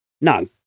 no